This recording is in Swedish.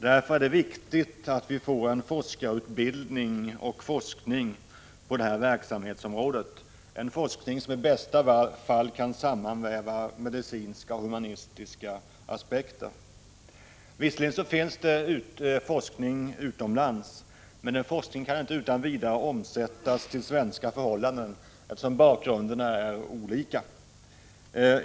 Därför är det viktigt att vi får en forskarutbildning och en forskning på detta verksamhetsområde, som i bästa fall kan sammanväva medicinska och humanistiska aspekter. Visserligen finns forskning utomlands, men denna forskning kan inte utan vidare omsättas till svenska förhållanden, eftersom bakgrunderna är olika.